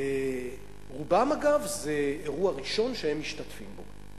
רובם, אגב, זה האירוע הראשון שהם משתתפים בו.